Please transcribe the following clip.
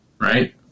right